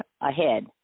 ahead